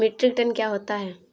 Metric ton क्या होता है?